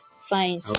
Fine